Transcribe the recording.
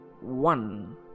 one